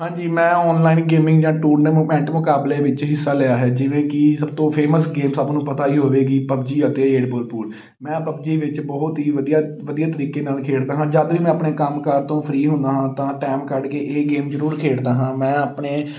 ਹਾਂਜੀ ਮੈਂ online gaming ਜਾਂ ਟੂਰਨੇਮੈਂਟ ਮੁਕਾਬਲੇ ਵਿੱਚ ਹਿੱਸਾ ਲਿਆ ਹੈ ਜਿਵੇਂ ਕਿ ਸਭ ਤੋਂ ਫੇਮਸ ਗੇਮ ਸਭ ਨੂੰ ਪਤਾ ਹੀ ਹੋਵੇਗੀ ਪਬਜੀ ਅਤੇ ਮੈਂ ਪਬਜੀ ਵਿੱਚ ਬਹੁਤ ਹੀ ਵਧੀਆ ਵਧੀਆ ਤਰੀਕੇ ਨਾਲ ਖੇਡਦਾ ਹਾਂ ਜਦ ਵੀ ਮੈਂ ਆਪਣੇ ਕੰਮ ਕਾਰ ਤੋਂ ਫਰੀ ਹੁੰਦਾ ਹਾਂ ਤਾਂ ਟਾਈਮ ਕੱਢ ਕੇ ਇਹ ਗੇਮ ਜ਼ਰੂਰ ਖੇਡਦਾ ਹਾਂ ਮੈਂ ਆਪਣੇ